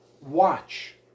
Watch